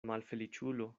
malfeliĉulo